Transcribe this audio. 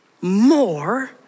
more